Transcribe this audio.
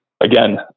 again